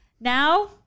Now